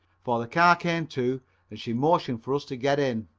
for the car came to and she motioned for us to get in.